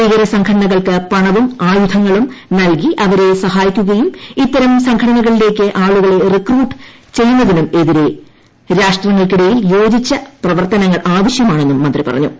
ഭീകര സംഘടനകൾക്ക് പണവും അയുധങ്ങളും നൽകി അവരെ സഹായിക്കുകയും ഇത്തരം സംഘടനകളിലേയ്ക്ക് ആളുകളെ റിക്രൂട്ട് ചെയ്യുന്നതിനും എതിരെ രാഷ്ട്രങ്ങൾക്കിടയിൽ യോജിച്ച പ്രവർത്തനങ്ങൾ ആവശ്യമാണെന്നും മന്ത്രി പറഞ്ഞു